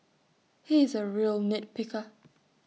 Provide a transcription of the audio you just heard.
he is A real nit picker